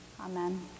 Amen